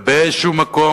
באיזשהו מקום,